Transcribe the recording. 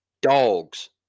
Dogs